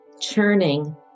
churning